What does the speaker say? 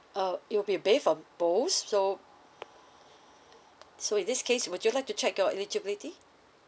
uh it'll be based on both so so in this case would you like to check your eligibility